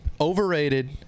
Overrated